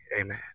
Amen